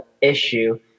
issue